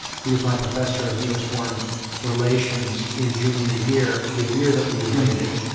he was my professor of u s. foreign relations in junior year, the year that we invaded.